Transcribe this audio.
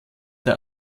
der